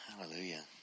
Hallelujah